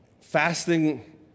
Fasting